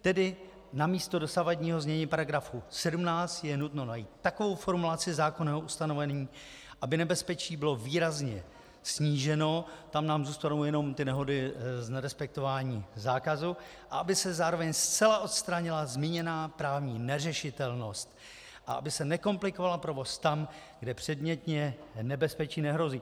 Tedy namísto dosavadního znění § 17 je nutno najít takovou formulaci zákonného ustanovení, aby nebezpečí bylo výrazně sníženo, tam nám zůstanou jenom nehody z nerespektování zákazu, a aby se zároveň zcela odstranila zmíněná právní neřešitelnost a aby se nekomplikoval provoz tam, kde předmětně nebezpečí nehrozí.